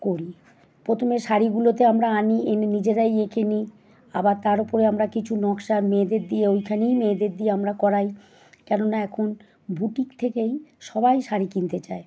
করি প্রথমে শাড়িগুলোতে আমরা আনি এনে নিজেরাই এঁকে নিই আবার তার ওপর আমরা কিছু নকশা মেয়েদের দিয়ে ওইখানেই মেয়েদের দিয়ে আমরা করাই কেননা এখন বুটি ক থেকেই সবাই শাড়ি কিনতে চায়